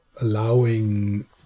allowing